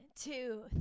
two